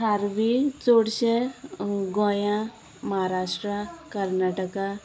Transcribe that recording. खारवीं चडशे गोंया महाराष्ट्रा कर्नाटका